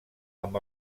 amb